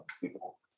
people